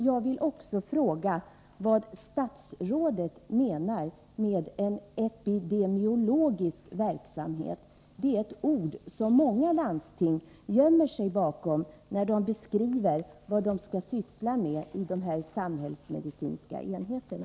Jag vill också fråga vad statsrådet menar med ”en epidemiologisk verksamhet”. Det är ett uttryck som många landsting gömmer sig bakom när de beskriver vad de skall syssla med i de samhällsmedicinska enheterna.